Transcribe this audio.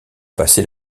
passé